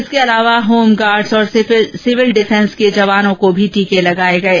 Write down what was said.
इसके अतिरिक्त home guards और सिविल डिफेंस के जवानों को भी टीके लगाए गये